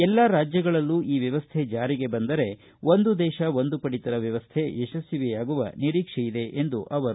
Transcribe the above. ಎಲ್ಲಾ ರಾಜ್ಯಗಳಲ್ಲೂ ಈ ವ್ಯವಸ್ಥೆ ಜಾರಿಗೆ ಬಂದರೆ ಒಂದು ದೇಶ ಒಂದು ಪಡಿತರ ವ್ಯವಸ್ಥೆ ಯಶಸ್ವಿಯಾಗುವ ನಿರೀಕ್ಷೆಯಿದೆ ಎಂದರು